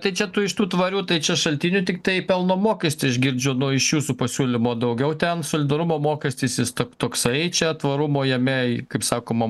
tai čia tu iš tų tvarių tai čia šaltinių tiktai pelno mokestį aš girdžiu nu iš jūsų pasiūlymo daugiau ten solidarumo mokestis jis tap toksai čia tvarumo jame kaip sakoma